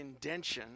indention